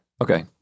Okay